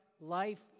life